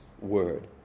word